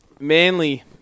Manly